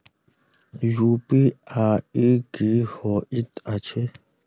UPI की होइत अछि